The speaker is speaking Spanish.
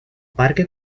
parque